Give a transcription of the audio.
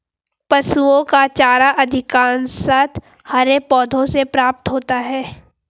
पशुओं का चारा अधिकांशतः हरे पौधों से प्राप्त होता है